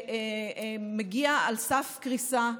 שמגיע לסף קריסה.